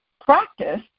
practice